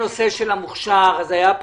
המוכש"ר.